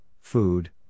food